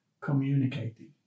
Communicating